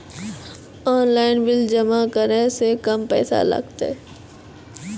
Online bill जमा करै से कम पैसा लागतै?